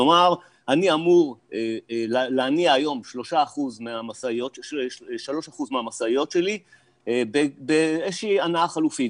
כלומר אני אמור להניע היום 3% מהמשאיות שלי באיזה שהיא הנעה חלופית,